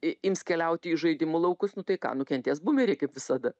ims keliauti į žaidimų laukus nu tai ką nukentės būmeriai kaip visada